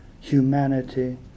humanity